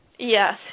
Yes